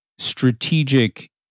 strategic